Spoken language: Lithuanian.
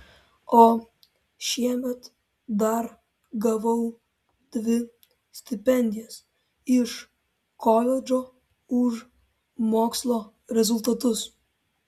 o šiemet dar gavau dvi stipendijas iš koledžo už mokslo rezultatus